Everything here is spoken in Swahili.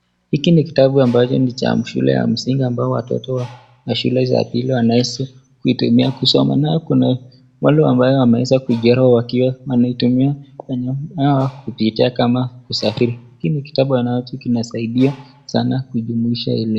Hiki ni kitabu cha shule ya msingi ambao watoto wa, shule ya pili wanaeza kuitumia kusoma, nayo kuna, wale ambao wameesa kuajuliwa wanaitumia, kwenye mnara kama kusafiri, hiki ni kitabu ambacho kinasaidia sana, kujumuisha elimu.